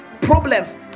problems